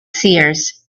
seers